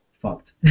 fucked